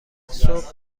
صبح